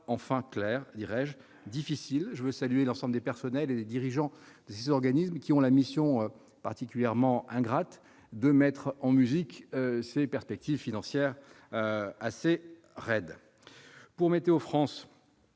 enfin claire, même si elle difficile. Je veux saluer l'ensemble des personnels et des dirigeants de ces organismes, qui ont la mission particulièrement ingrate de mettre en musique ces perspectives financières assez raides. Nous connaissons